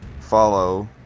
follow